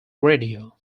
radio